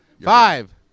Five